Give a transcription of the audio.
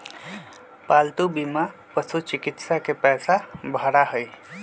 पालतू बीमा पशुचिकित्सा के पैसा भरा हई